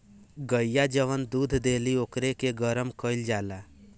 गइया जवन दूध देली ओकरे के गरम कईल जाला